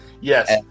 Yes